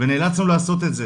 ונאלצנו לעשות את זה